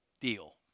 deal